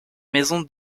maison